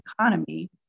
economy